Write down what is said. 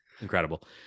Incredible